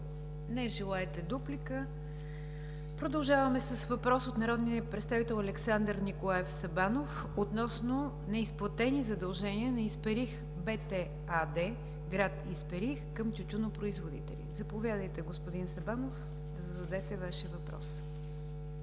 Не желаете дуплика. Продължаваме с въпрос от народния представител Александър Николаев Сабанов относно неизплатени задължения на „Исперих БТ“ АД, гр. Исперих към тютюнопроизводители. Заповядайте, господин Сабанов, да зададете Вашия въпрос.